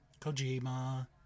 Kojima